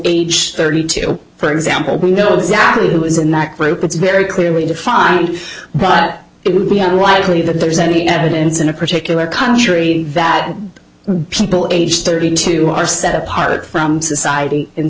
age thirty two for example we know exactly who is in that group it's very clearly defined but it would be unlikely that there is any evidence in a particular country that people age thirty two are set apart from society in